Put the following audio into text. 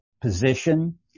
position